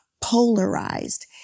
polarized